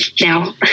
now